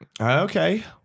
Okay